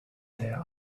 their